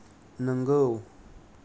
नंगौ